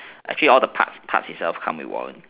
actually all the parts itself comes with warranty